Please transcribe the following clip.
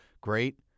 great